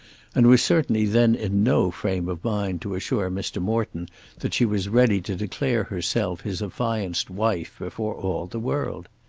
and was certainly then in no frame of mind to assure mr. morton that she was ready to declare herself his affianced wife before all the world.